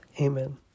Amen